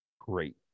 great